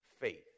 faith